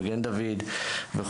מגן דוד וכו',